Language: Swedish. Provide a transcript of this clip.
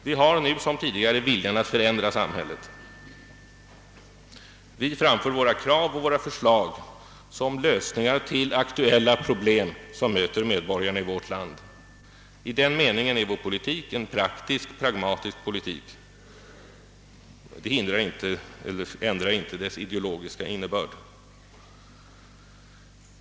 Vi har nu som tidigare viljan att förändra samhället. Vi framför våra krav och våra förslag som lösningar på aktuella problem vilka möter medborgarna i vårt land. I den meningen är vår politik en praktisk pragmatisk politik. Det ändrar inte dess ideologiska innebörd.